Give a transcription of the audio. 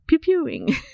pew-pewing